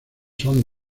son